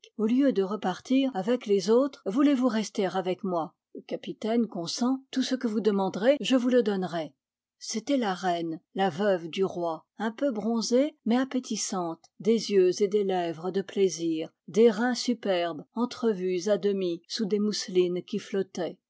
au lieu de repartir avec les autres voulez-vous rester avec moi le capitaine consent tout ce que vous demanderez je vous le donnerai q c'était la reine la veuve du roi un peu bronzée mais appétissante des yeux et des lèvres de plaisir des reins superbes entrevus à demi sous des mousselines qui flottaient